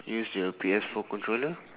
use the P_S four controller